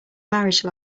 marriage